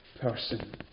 person